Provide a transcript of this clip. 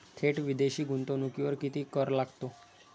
थेट विदेशी गुंतवणुकीवर किती कर लागतो?